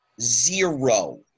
Zero